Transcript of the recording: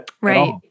Right